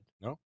No